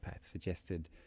suggested